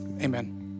amen